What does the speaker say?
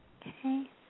Okay